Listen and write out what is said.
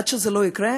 עד שזה לא יקרה,